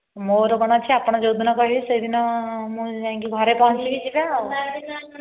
ମୋର କ'ଣ ଅଛି ଆପଣ ଯୋଉଦିନ କହିବେ ସେଇଦିନ ମୁଁ ଯାଇକି ଘରେ ପହଁଞ୍ଚିବି ଯିବା ଆଉ